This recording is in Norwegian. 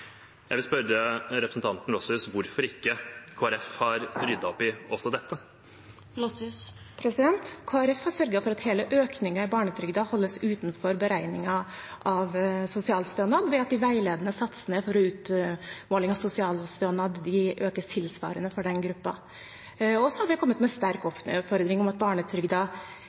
Jeg vil spørre representanten Lossius om hvorfor ikke Kristelig Folkeparti har ryddet opp i også dette. Kristelig Folkeparti har sørget for at hele økningen i barnetrygden holdes utenfor beregningen av sosialstønad ved at de veiledende satsene for utmåling av sosialstønad økes tilsvarende for den gruppen. Og så har vi kommet med sterk oppfordring om at